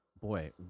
boy